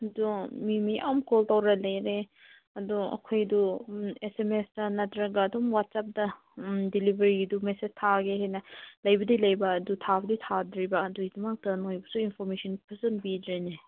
ꯑꯗꯨ ꯃꯤ ꯃꯌꯥꯝ ꯀꯣꯜ ꯇꯧꯔ ꯂꯩꯔꯦ ꯑꯗꯣ ꯑꯩꯈꯣꯏꯗꯨ ꯑꯦꯁ ꯑꯦꯝ ꯑꯦꯁꯇ ꯅꯠꯇ꯭ꯔꯒ ꯑꯗꯨꯝ ꯋꯥꯆꯞꯇ ꯗꯤꯂꯤꯕꯔꯤꯒꯤꯗꯨ ꯃꯦꯁꯦꯖ ꯊꯥꯒꯦ ꯍꯥꯏꯅ ꯂꯩꯕꯗꯤ ꯂꯩꯕ ꯑꯗꯨ ꯊꯥꯕꯨꯗꯤ ꯊꯥꯗ꯭ꯔꯤꯕ ꯑꯗꯨꯒꯤꯗꯃꯛꯇ ꯅꯣꯏꯕꯨꯁꯨ ꯏꯟꯐꯣꯔꯃꯦꯁꯟ ꯐꯖꯅ ꯄꯤꯗ꯭ꯔꯦꯅꯦ